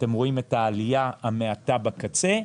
רואים את העלייה המעטה בקצה,